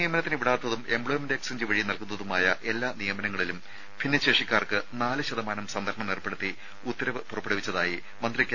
നിയമനത്തിന് വിടാത്തതും employment exchange വഴി നൽകുന്നതുമായ എല്ലാ നിയമനങ്ങളിലും ഭിന്നശേഷിക്കാർക്ക് നാല് ശതമാനം സംവരണം ഏർപ്പെടുത്തി ഉത്തരവ് പുറപ്പെടുവിച്ചതായി മന്ത്രി കെ